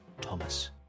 Thomas